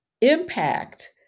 impact